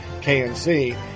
KNC